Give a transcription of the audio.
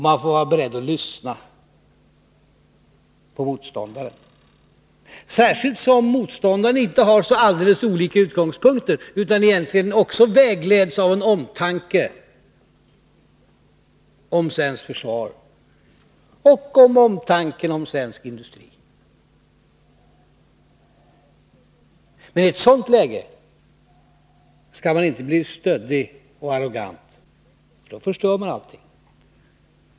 Man får vara beredd att lyssna på motståndaren, särskilt som motståndaren inte har så alldeles olika utgångspunkter utan egentligen också vägleds av en omtanke om svenskt försvar och en omtanke om svensk industri. I ett sådant läge skall man inte bli stöddig och arrogant, för då förstör man allting.